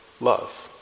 love